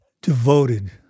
devoted